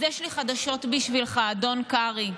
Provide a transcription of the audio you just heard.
אז יש לי חדשות בשבילך, אדוני, קרעי.